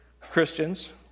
Christians